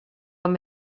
amb